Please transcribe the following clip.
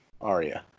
Arya